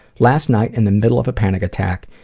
last night, in the middle of a panic attack,